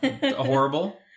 horrible